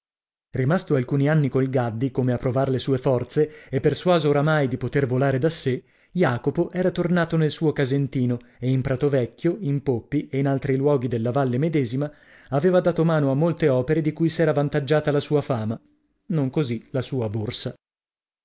rimasto alcuni anni col gaddi come a provar le sue forze e persuaso oramai di poter volare da sè jacopo era tornato nel suo casentino e in pratovecchio in poppi e in altri luoghi della valle medesima aveva dato mano a molte opere di cui s'era vantaggiata la sua fama non così la sua borsa